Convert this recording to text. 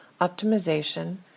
optimization